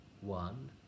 one